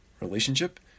relationship